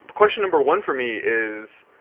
question number one for me is,